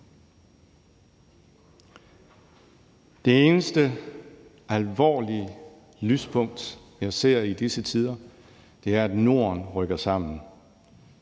Det eneste egentlige lyspunkt, jeg ser i disse tider, er, at Norden rykker sammen,